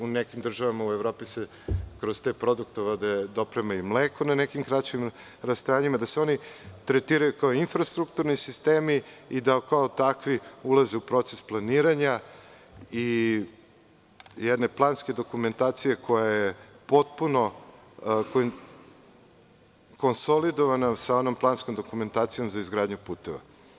U nekim državama u Evropi se kroz te produktovode doprema i mleko na nekim kraćim rastojanjima, gde se oni tretiraju kao infrastrukturni sistemi i da kao takvi ulaze u proces planiranja i jedne planske dokumentacije koja je potpuno konsolidovana sa planskom dokumentacijom za izgradnju puteva.